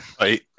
Right